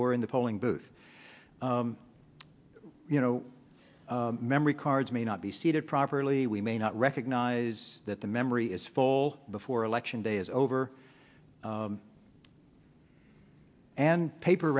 or in the polling booth you know memory cards may not be seated properly we may not recognize that the memory is full before election day is over and paper